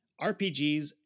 RPGs